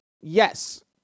Yes